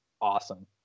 awesome